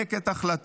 לנמק את החלטתו.